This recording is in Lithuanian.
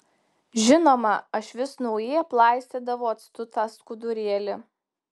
žinoma aš vis naujai aplaistydavau actu tą skudurėlį